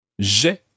J'ai